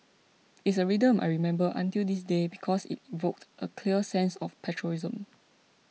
it's a rhythm I remember until this day because it evoked a clear sense of patriotism